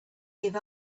give